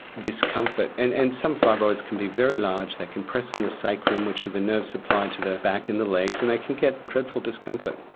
discomfort and and some fibroids can be very large, they can press on the sacrum which are the nerves supplied to the back and the legs and they can get dreadful discomfort.